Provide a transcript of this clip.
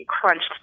crunched